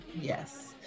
Yes